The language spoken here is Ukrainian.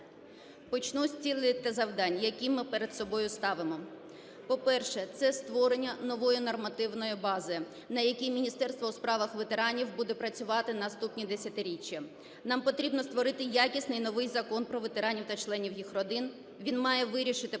Почну з цілей та завдань які ми перед собою ставимо. По-перше, це створення нової нормативної бази, на якій Міністерство у справах ветеранів буде працювати наступні десятиріччя. Нам потрібно створити якісний новий Закон про ветеранів та членів їх родин, він має вирішити питання